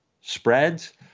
spreads